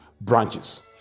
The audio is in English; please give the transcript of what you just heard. branches